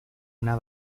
una